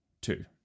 two